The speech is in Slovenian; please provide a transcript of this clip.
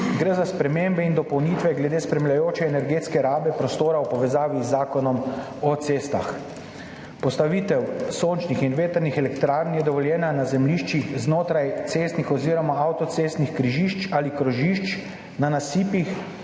Gre za spremembe in dopolnitve glede spremljajoče energetske rabe prostora v povezavi z Zakonom o cestah. Postavitev sončnih in vetrnih elektrarn je dovoljena na zemljiščih znotraj cestnih oziroma avtocestnih križišč ali krožišč, na nasipih,